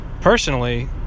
personally